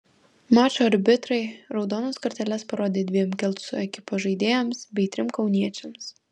mačo arbitrai raudonas korteles parodė dviem kelcų ekipos žaidėjams bei trim kauniečiams